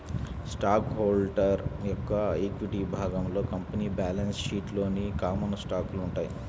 stock holder యొక్క equity విభాగంలో company balance షీట్లోని కామన్ స్టాకులు ఉంటాయి